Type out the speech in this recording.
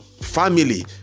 family